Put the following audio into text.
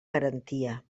garantia